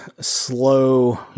slow